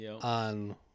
on